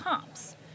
comps